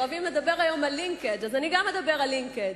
אוהבים לדבר היום על לינקג' אז אני גם אדבר על לינקג'.